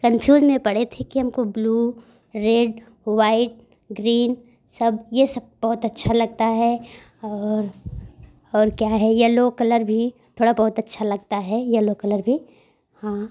confuse में पड़े थे कि हमको बुलु रेड वाईट ग्रीन सब यह सब बहुत अच्छा लगता है और और क्या है येलो कलर भी थोड़ा बहुत अच्छा लगता है येलो कलर भी हाँ